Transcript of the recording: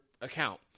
account